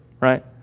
right